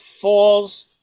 Falls